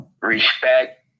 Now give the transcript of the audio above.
Respect